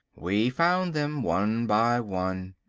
we found them one by one.